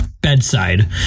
bedside